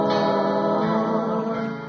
Lord